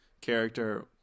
character